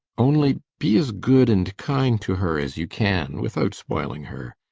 only be as good and kind to her as you can without spoiling her.